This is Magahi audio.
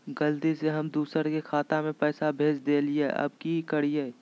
गलती से हम दुसर के खाता में पैसा भेज देलियेई, अब की करियई?